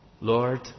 Lord